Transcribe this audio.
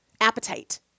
appetite